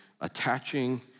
attaching